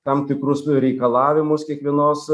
tam tikrus reikalavimus kiekvienos